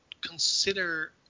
consider